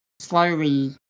slowly